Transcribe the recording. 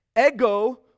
Ego